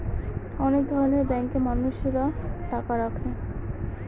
অনেক ধরনের ব্যাঙ্কে মানুষরা টাকা রাখে